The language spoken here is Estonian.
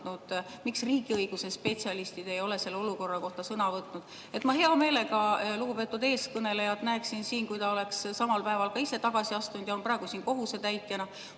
miks riigiõiguse spetsialistid ei ole selle olukorra kohta sõna võtnud. Ma hea meelega näeksin lugupeetud eelkõnelejat siin siis, kui ta oleks ka ise samal päeval tagasi astunud ja oleks praegu siin kohusetäitjana.